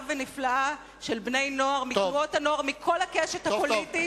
ונפלאה של בני-נוער מתנועות הנוער מכל הקשת הפוליטית,